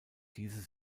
diese